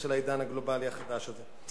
בפתחו של העידן הגלובלי החדש הזה.